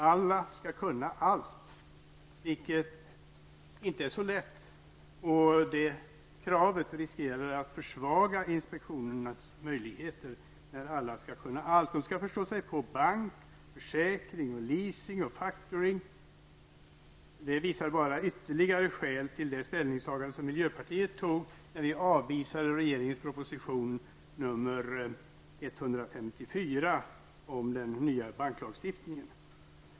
Alla skall kunna allt, något som inte är så lätt. Det kravet riskerar att försvaga inspektionernas möjligheter. De skall förstå sig på bank, försäkring, leasing och factoring. Detta visar bara ytterligare ett skäl till det ställningstagande som miljöpartiet gjorde när vi avvisade regeringens proposition 1990/91:154 om den nya banklagstiftningen.